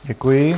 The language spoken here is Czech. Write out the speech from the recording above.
Děkuji.